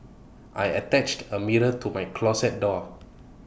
I attached A mirror to my closet door